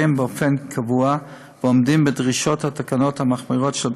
באופן קבוע ועומדת בדרישות תקנות בריאות העם המחמירות.